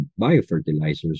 biofertilizers